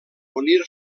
unir